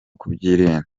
kubyirinda